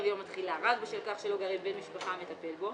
יום התחילה רק בשל כך שלא גר עם בן משפחה המטפל בו,